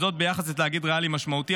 וזאת ביחס לתאגיד ריאלי משמעותי.